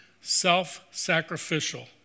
self-sacrificial